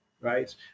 right